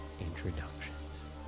introductions